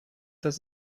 das